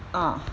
uh